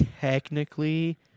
Technically